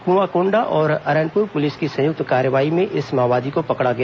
कुआंकोंडा और अरनपुर पुलिस की संयुक्त कार्रवाई में इस माओवादी को पकड़ा गया